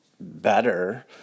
better